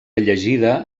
llegida